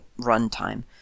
runtime